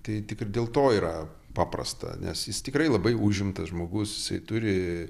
tai tik ir dėl to yra paprasta nes jis tikrai labai užimtas žmogus jisai turi